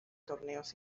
torneos